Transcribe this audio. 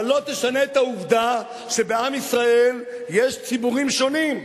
אבל לא תשנה את העובדה שבעם ישראל יש ציבורים שונים.